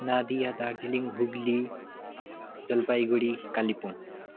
Nadia Darjeeling Hooghly Jalpaiguri Kalimpong